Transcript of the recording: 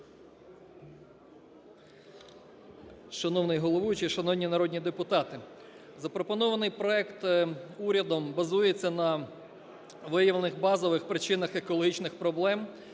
Шановний головуючий, шановні народні депутати! Запропонований проект урядом базується на виявлених базових причинах екологічних проблем